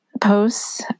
posts